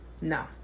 No